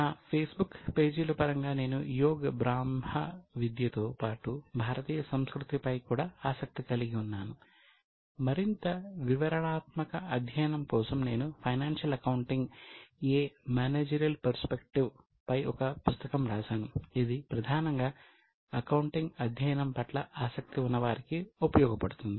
నా ఫేస్బుక్ గురించి చర్చించబోతోంది